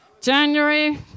January